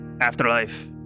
afterlife